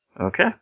Okay